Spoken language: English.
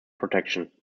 protection